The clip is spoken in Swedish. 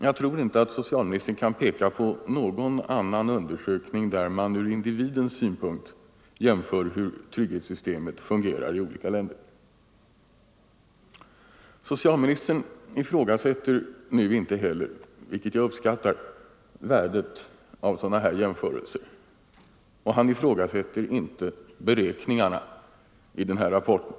Jag tror inte att socialministern kan peka på någon annan undersökning där man ur individens synpunkt jämför hur trygghetssystemet fungerar i olika länder. Socialministern ifrågasätter nu inte heller, vilket jag uppskattar, värdet av sådana jämförelser och han ifrågasätter inte beräkningarna i den här rapporten.